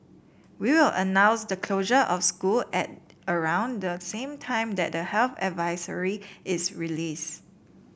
we will announce the closure of school at around the same time that the health advisory is released